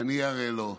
אני אראה לו.